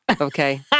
okay